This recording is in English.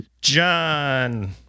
john